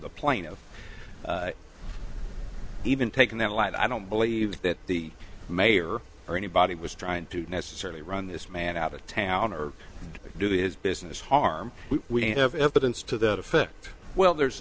the plaintiff even taking that light i don't believe that the mayor or anybody was trying to necessarily run this man out of town or do his business harm we have evidence to that effect well there's